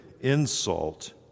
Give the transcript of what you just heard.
insult